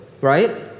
right